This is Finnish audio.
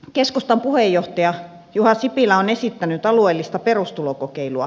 keskustan puheenjohtaja juha sipilä on esittänyt alueellista perustulokokeilua